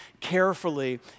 carefully